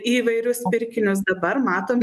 į įvairius pirkinius dabar matom